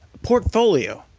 portfolio,